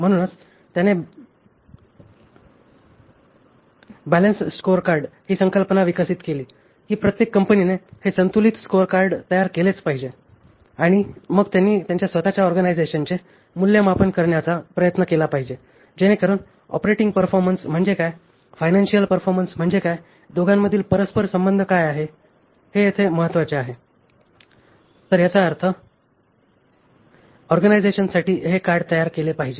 म्हणूनच त्याने balanced scorecard ही संकल्पना विकसित केली की प्रत्येक कंपनीने हे संतुलित स्कोरकार्ड तयार केलेच पाहिजेत आणि मग त्यांनी त्यांच्या स्वत च्या ऑर्गनायझेशनचे मूल्यमापन करण्याचा प्रयत्न केला पाहिजे जेणेकरुन ऑपरेटिंग परफॉरमन्स म्हणजे काय फायनान्शियल परफॉर्मन्स म्हणजे काय दोघांमधील परस्पर संबंध काय आहे हे येथे महत्त्वाचे आहे आणि आपण याचा अर्थ ऑर्गनायझेशनसाठी हे कार्ड तयार केले पाहिजे